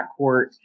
backcourt